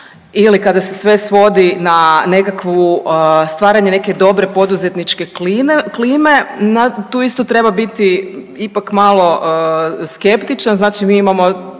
ili kada se sve svodi na nekakvu, stvaranje neke dobre poduzetničke klime, tu isto treba biti ipak malo skeptičan, znači mi imamo